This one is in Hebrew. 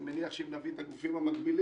ואני מניח שאם נביא את הגופים המקבילים,